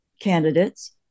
candidates